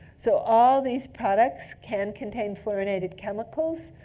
so all these products can contain fluorinated chemicals.